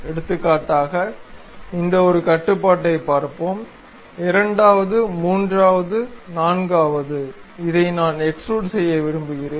எடுத்துக்காட்டாக இந்த ஒரு கட்டுப்பாட்டைப் பார்ப்போம் இரண்டாவது மூன்றாவது நான்காவது இதை நான் எக்ஸ்டுரூட் செய்ய விரும்புகிறேன்